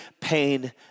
pain